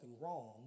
wrong